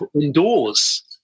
indoors